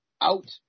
out